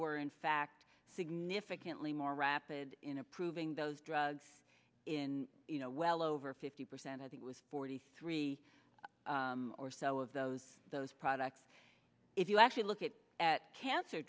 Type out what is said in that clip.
re in fact significantly more rapid in approving those drugs in you know well over fifty percent i think was forty three or so of those those products if you actually look at at cancer